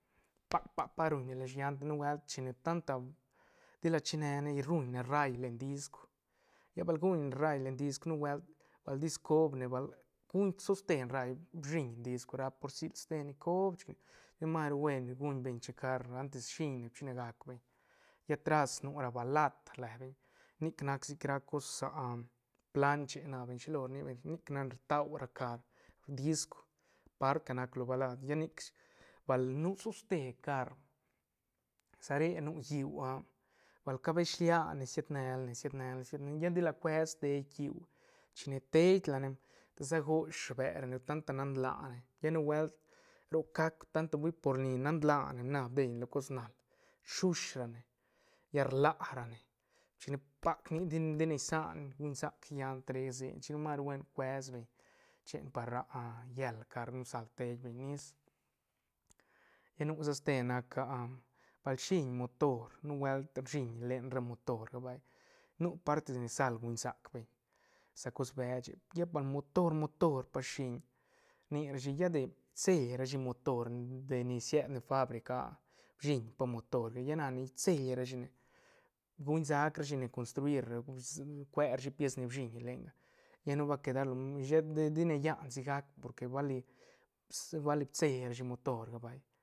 Pac- pac ruñ ne len llant la nubuelt chi ne tan ta ti la chine ruñ ne rall len disc lla bal guñne rall len disc nubuelt bal disc coob ne bal ruñ toste ne rall bsiñ disc rap la por sila ste ni coob chic ten mas ru buen guñ checar antes shiñne chine gac beñ lla tras nu ra balat re beñ nic nac sic nac sic cos planche na beñ shi lo rni beñ nic nac ni rtua ra car disc part ca nac lo balat lla nic chic bal nu soste car sa re nu lliú ah ca beshlia siet ne la ne- siet ne la ne- siet ne la ne lla ti la cues te lliú china tei la ne ta sa gosh rbe ra ne tanta nan la ne lla nubuelt roc gac hui tanta por nan laa ne na bdeine lo cos nal rsush ra ne lla rla ra ne chic ne pac nic di- di ne isan guñ sac llant re seiñ chic mas ru buen cues beñ chen par llel car don sal tei beñ nis lla nu sa ste nac ah bal shiñ motor nu buelt rshiñ len ra motor vay nu partes ni sal guñ sac beñ sa cos beche lla pa bal motor- motor pa shiñ rni rashi lla de rseil rashi motor de ni sied ne fabrica ah bshiñ pa motorga lla ni rsel rashi guñ sac ra shine construir cue rashi pies ni bshiñ lenga ya no va a quedar lo sheta di- di ne llan sigac porque bali bs bali bseil rashi motorga vay.